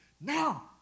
Now